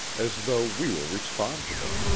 as though we were responsible.